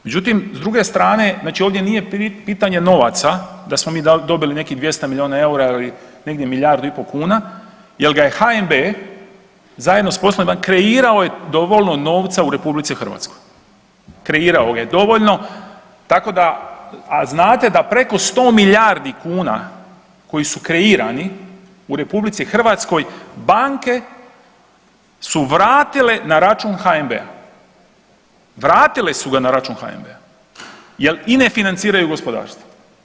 Međutim, s druge strane, znači ovdje nije pitanje novaca da smo mi dobili nekih 200 milijuna EUR-a ili negdje milijardu i po kuna jel ga je HNB zajedno s poslovima kreirao je dovoljno novca u RH, kreirao ga je dovoljno tako da, a znate da preko 100 milijardi kuna koji su kreirani u RH banke su vratile na račun HNB-a, vratile su ga na račun HNB-a jel ine financiraju gospodarstvo.